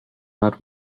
not